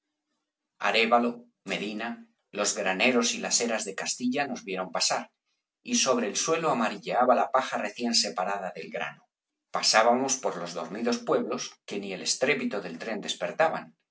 arévalo medina los graneros y las eras de castilla nos vieron pasar y sobre el suelo amarilleaba la paja recién separada del grano pasábamos por los dormidos pueblos que ni al estrépito del tren despertaban